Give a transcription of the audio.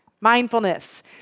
mindfulness